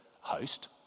host